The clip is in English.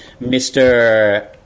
Mr